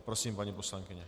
Prosím, paní poslankyně.